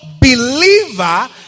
believer